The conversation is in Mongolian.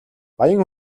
баян